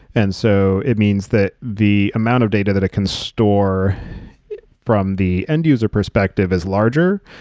and so, it means that the amount of data that it can store from the end-user perspective is larger,